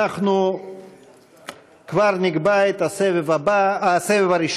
אנחנו כבר נקבע את הסבב הראשון.